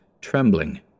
trembling